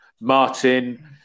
Martin